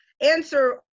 answer